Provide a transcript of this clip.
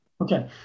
Okay